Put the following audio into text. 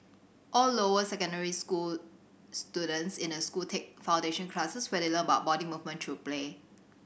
all lower secondary school students in the school take foundation classes where they learn about body movement through play